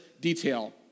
detail